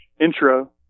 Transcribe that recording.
intro